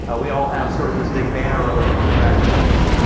ah we all have sort of this big banner over us. we're akronites.